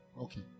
Okay